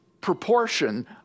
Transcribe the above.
proportion